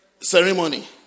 ceremony